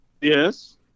Yes